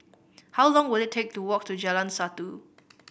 how long will it take to walk to Jalan Satu